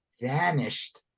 vanished